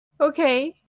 Okay